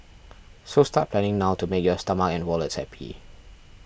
so start planning now to make your stomach and wallets happy